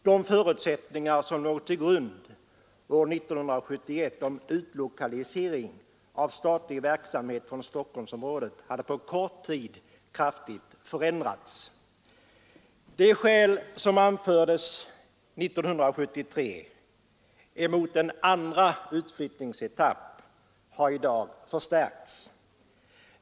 De förutsättningar som år 1971 låg till grund för beslutet om utlokalisering av statlig verksamhet från Stockholmsområdet hade på kort tid kraftigt förändrats. De skäl som år 1973 anfördes emot en andra utflyttningsetapp har i dag förstärkas.